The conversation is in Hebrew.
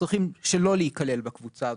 צריכים שלא להיכלל בקבוצה הזאת,